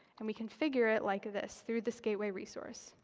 and we configure it like this, through this gateway resource.